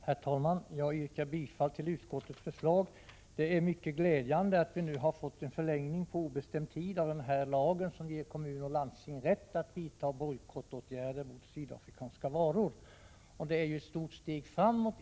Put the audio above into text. Herr talman! Jag yrkar bifall till utskottets hemställan. Det är mycket glädjande att vi nu kommer att få en förlängning på obestämd tid av den lag som ger kommuner och landsting rätt att vidta bojkottåtgärder mot sydafrikanska varor. Det är ett stort steg framåt.